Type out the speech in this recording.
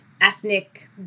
ethnic